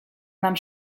nam